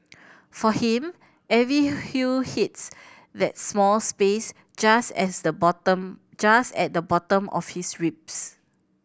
for him every hue hits that small space just as the bottom just at the bottom of his ribs